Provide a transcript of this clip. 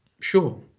Sure